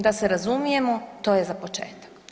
Da se razumijemo to je za početak.